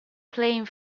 playing